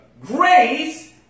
grace